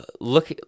look